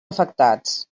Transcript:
afectats